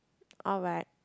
alright